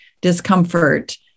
discomfort